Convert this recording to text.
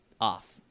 off